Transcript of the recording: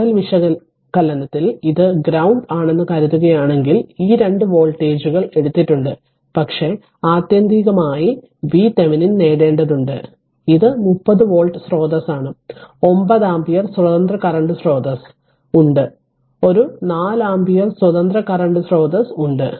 nodal വിശകലനത്തിൽ ഇത് ground ആണെന്നു കരുതുകയാണെങ്കിൽ ഈ 2 വോൾട്ടേജുകൾ എടുത്തിട്ടുണ്ട് പക്ഷേ ആത്യന്തികമായി VThevenin നേടേണ്ടതുണ്ട് ഇത് 30 വോൾട്ട് സ്രോതസ്സാണ് 9 ആമ്പിയർ സ്വതന്ത്ര കറന്റ് സ്രോതസ് ഉണ്ട് ഒരു 4 ആമ്പിയർ സ്വതന്ത്ര കറന്റ് സ്രോതസ് ഉണ്ട്